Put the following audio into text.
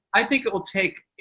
i think it will take,